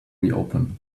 reopen